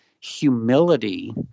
humility